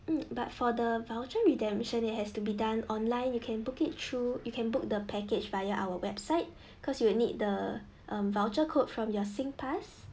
um but for the voucher redemption it has to be done online you can book it through you can book the package via our website cause you'll need the um voucher code from your singpass